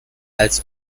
als